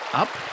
up